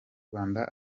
rwanda